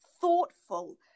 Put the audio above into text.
thoughtful